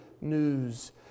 news